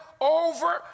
over